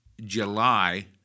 July